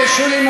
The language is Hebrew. מספיק.